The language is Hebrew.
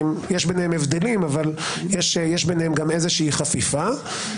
יש ביניהם הבדלים אבל יש ביניהם גם איזושהי חפיפה,